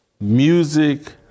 Music